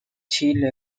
chile